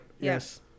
Yes